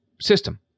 system